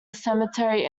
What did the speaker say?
cemetery